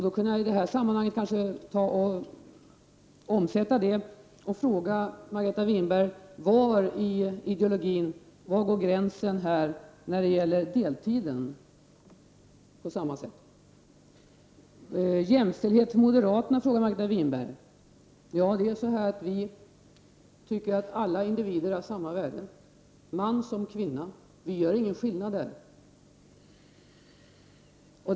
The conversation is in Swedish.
Då kan jag i detta sammanhang fråga Margareta Winberg var gränsen går i ideologin när det gäller deltiden? Margareta Winberg frågade om moderaternas syn på jämställdhet. Vi anser att alla individer har samma värde, man som kvinna. Vi gör ingen skillnad i fråga om detta.